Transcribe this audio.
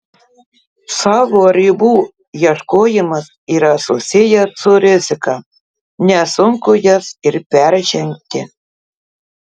savo ribų ieškojimas yra susijęs su rizika nesunku jas ir peržengti